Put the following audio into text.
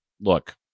look